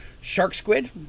shark-squid